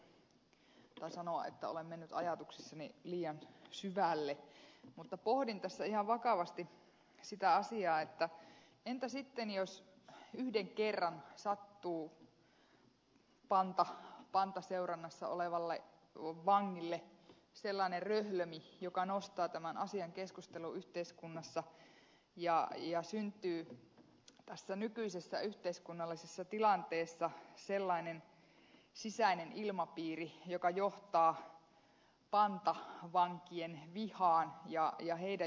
kyllösen ulos salista tai sanoa että olen mennyt ajatuksissani liian syvälle mutta pohdin tässä ihan vakavasti sitä asiaa että entä sitten jos yhden kerran sattuu pantaseurannassa olevalle vangille sellainen röhlömi joka nostaa tämän asian keskusteluun yhteiskunnassa ja syntyy tässä nykyisessä yhteiskunnallisessa tilanteessa sellainen sisäinen ilmapiiri joka johtaa pantavankien vihaan ja heidän jahtaamiseensa